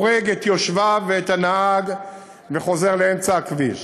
הורג את יושביו ואת הנהג וחוזר לאמצע הכביש.